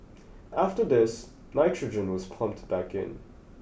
after this nitrogen was pumped back in